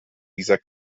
dieser